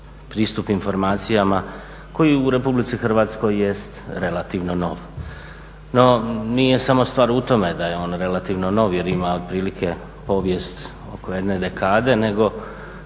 pristup informacijama koji u RH jest relativno nov. No, nije samo stvar u tome da je on relativno nov jer ima otprilike povijest oko jedne dekade nego